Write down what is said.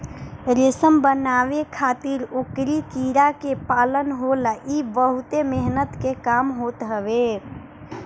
रेशम बनावे खातिर ओकरी कीड़ा के पालन होला इ बहुते मेहनत के काम होत हवे